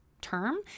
term